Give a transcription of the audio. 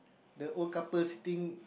the old couple sitting